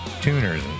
tuners